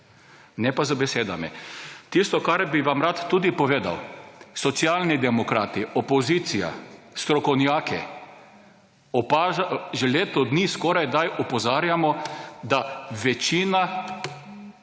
ne pa z besedami. Tisto, kar bi vam rad tudi povedal: Socialni demokrati, opozicija, strokovnjaki, skoraj že leto dni opozarjamo, da večina